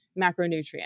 macronutrient